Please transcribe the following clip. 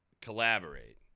collaborate